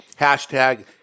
hashtag